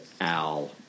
Al